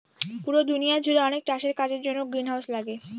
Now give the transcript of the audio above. পুরো দুনিয়া জুড়ে অনেক চাষের কাজের জন্য গ্রিনহাউস লাগে